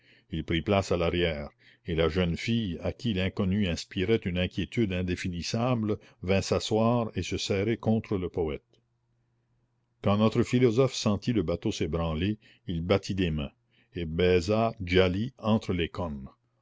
il prit place à l'arrière et la jeune fille à qui l'inconnu inspirait une inquiétude indéfinissable vint s'asseoir et se serrer contre le poète quand notre philosophe sentit le bateau s'ébranler il battit des mains et baisa djali entre les cornes